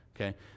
Okay